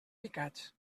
picats